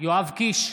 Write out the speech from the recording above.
יואב קיש,